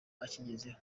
akigezeho